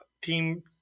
team